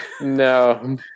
No